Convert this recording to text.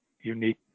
unique